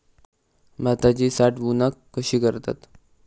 भाताची साठवूनक कशी करतत?